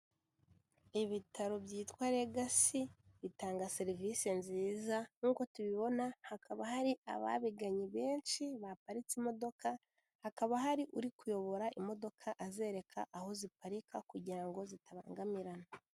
Ibitaro byitwa Legacy bitanga serivisi nziza, nkuko tubibona hakaba hari ababigannye benshi baparitse imodoka, hakaba hari uri kuyobora imodoka azerereka aho ziparika kugira ngo zitabangamirana.